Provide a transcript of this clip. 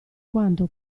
quanto